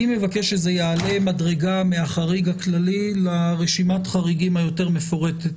אני מבקש שזה יעלה מדרגה מהחריג הכללי לרשימת החריגים היותר מפורטת.